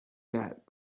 fat